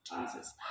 Jesus